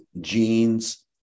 genes